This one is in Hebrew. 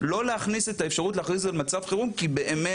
אבל אנחנו בהחלט לא נמצאים בגל תחלואה שעולה.